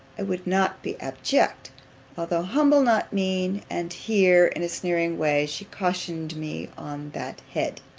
i would not be abject although humble not mean and here, in a sneering way, she cautioned me on that head.